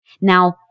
Now